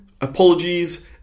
Apologies